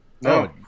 no